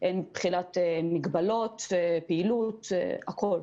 הן מבחינת מגבלות פעילות, הכול.